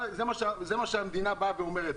זה מה שהמדינה אומרת.